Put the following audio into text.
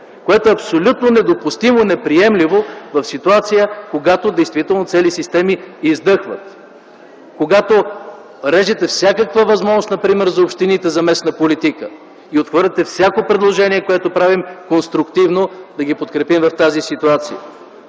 което е абсолютно недопустимо, неприемливо в ситуация, когато действително цели системи издъхват. Когато режете всякаква възможност например за общините за местна политика и отхвърляте всяко конструктивно предложение, което правим, да ги подкрепим в тази ситуация.